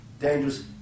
dangerous